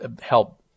help